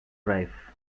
drive